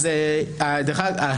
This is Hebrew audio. תודה.